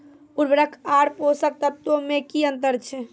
उर्वरक आर पोसक तत्व मे की अन्तर छै?